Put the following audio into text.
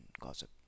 gossip